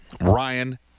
Ryan